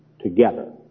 together